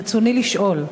ברצוני לשאול: